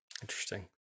Interesting